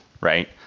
right